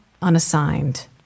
unassigned